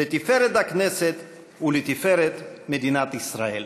לתפארת הכנסת ולתפארת מדינת ישראל.